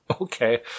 Okay